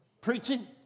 preaching